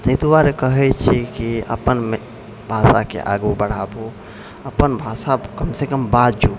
ताहि दुआरे कहैत छियै कि अपन भाषाके आगू बढ़ाबू अपन भाषा कमसँ कम बाजू